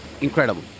incredible